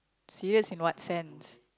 serious in what sense